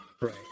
right